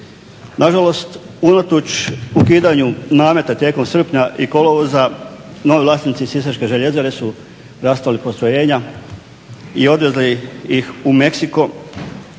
Nažalost, unatoč ukidanju nameta tijekom srpnja i kolovoza novi vlasnici sisačke željezare su rastavili postrojenja i odvezli ih u Meksiko